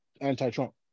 anti-Trump